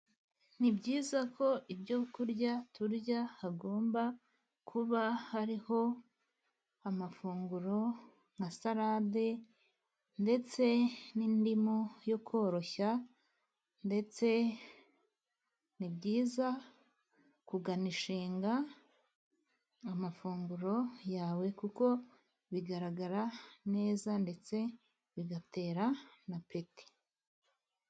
Ni byiza ko ibyo kurya turya hagomba kuba hariho amafunguro nka salade, ndetse n'indimu yo koroshya, ndetse ni byiza kuganishinga amafunguro yawe kuko bigaragara neza ndetse bigatera na apeti.